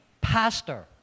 pastor